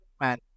man